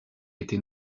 été